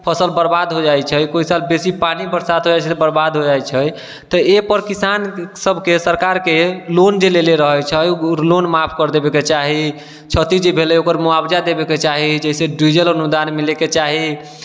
फसल बरबाद हो जाइत छै कोइ साल बेसी पानि बरसात होइत छै तऽ बरबाद हो जाइत छै तऽ एहि पर किसान सभकेँ सरकारकेँ लोन लेले रहै छै ओ लोन माफ कर देवेके चाही क्षति जे भेलै ओकर मुआवजा देवेके चाही जैसे डीजल अनुदाम मिलैके चाही